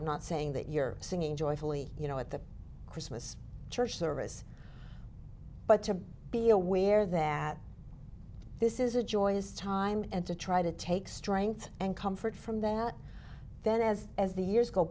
i'm not saying that you're singing joyfully you know at the christmas church service but to be aware that this is a joyous time and to try to take strength and comfort from that then as as the years go